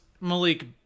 Malik